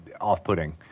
off-putting